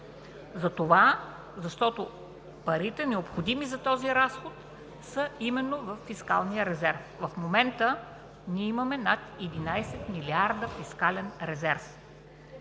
затова защото парите, необходими за този разход, са именно във фискалния резерв. В момента ние имаме над 11 милиарда фискален резерв.